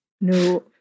No